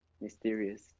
mysterious